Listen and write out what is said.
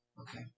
Okay